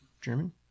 German